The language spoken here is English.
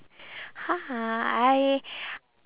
ha ha I